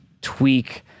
tweak